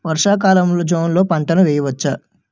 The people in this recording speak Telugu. వర్షాకాలంలో జోన్న పంటను వేయవచ్చా?